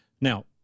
now